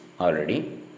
already